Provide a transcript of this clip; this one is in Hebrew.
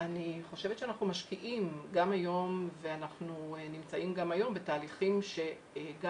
אני חושבת שאנחנו משקיעים גם היום ואנחנו נמצאים גם היום בתהליכים שגם